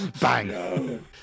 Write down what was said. BANG